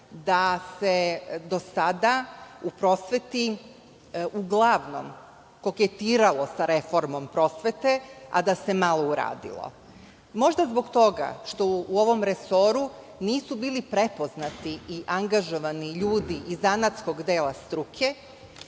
da se do sada u prosveti uglavnom koketiralo sa reformom prosvete, a da se malo uradilo. Možda zbog toga što u ovom resoru nisu bili prepoznati i angažovani ljudi iz zanatskog dela struke